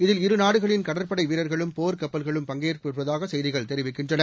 இதில் இரு நாடுகளின் கடற்படை வீரர்களும் போர்க் கப்பல்களும் பங்கேற்கவிருப்பதாக செய்திகள் தெரிவிக்கின்றன